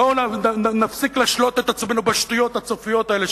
בואו נפסיק להשלות את עצמנו בשטויות הצופיות האלה,